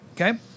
Okay